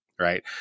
right